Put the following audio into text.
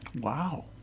Wow